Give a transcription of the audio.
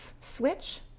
switch